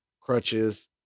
crutches